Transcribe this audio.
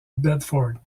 bedford